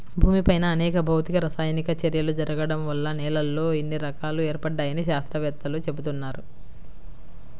భూమిపైన అనేక భౌతిక, రసాయనిక చర్యలు జరగడం వల్ల నేలల్లో ఇన్ని రకాలు ఏర్పడ్డాయని శాత్రవేత్తలు చెబుతున్నారు